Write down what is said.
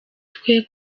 twe